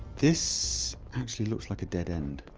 this actually looks like a dead end